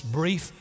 brief